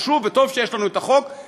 וחשוב וטוב שיש לנו את החוק,